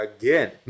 again